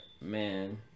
man